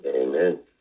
Amen